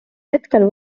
hetkel